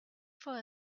for